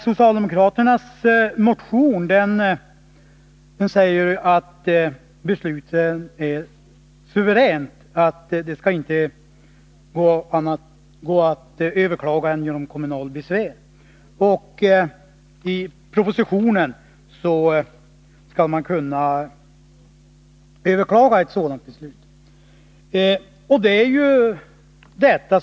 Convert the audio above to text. Socialdemokraternas motion säger ju att kommunen är suverän, att det inte går att överklaga beslutet annat än genom kommunala besvär. Men enligt propositionen skall man kunna överklaga ett sådant beslut.